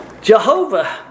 Jehovah